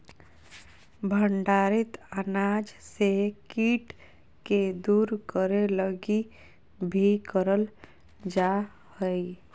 भंडारित अनाज से कीट के दूर करे लगी भी करल जा हइ